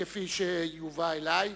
כפי שיובא אלי,